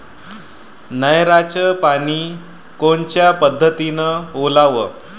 नयराचं पानी कोनच्या पद्धतीनं ओलाव?